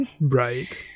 Right